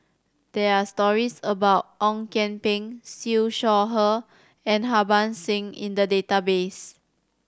there are stories about Ong Kian Peng Siew Shaw Her and Harbans Singh in the database